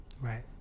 Right